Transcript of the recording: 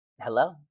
Hello